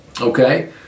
Okay